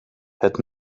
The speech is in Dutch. het